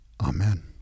Amen